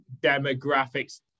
demographics